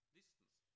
distance